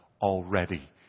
already